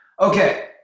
Okay